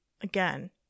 Again